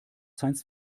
science